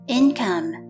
income